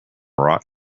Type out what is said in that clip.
rot